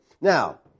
Now